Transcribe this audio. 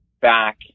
back